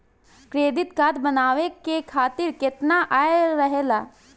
Credit card बनवाए के खातिर केतना आय रहेला?